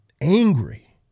angry